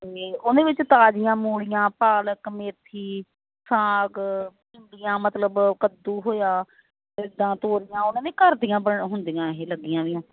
ਅਤੇ ਉਹਦੇ ਵਿੱਚ ਤਾਜ਼ੀਆਂ ਮੂਲੀਆਂ ਪਾਲਕ ਮੇਥੀ ਸਾਗ ਭਿੰਡੀਆਂ ਮਤਲਬ ਕੱਦੂ ਹੋਇਆ ਇੱਦਾਂ ਤੋਰੀਆਂ ਉਹਨਾਂ ਨੇ ਘਰ ਦੀਆਂ ਬਣ ਹੁੰਦੀਆਂ ਇਹ ਲੱਗੀਆਂ ਵੀਆਂ